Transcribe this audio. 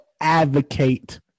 advocate